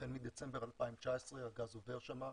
החל מדצמבר 2019 הגז עובר שם,